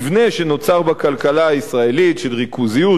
מבנה שנוצר בכלכלה הישראלית של ריכוזיות,